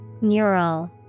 Neural